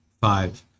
five